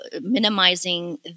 minimizing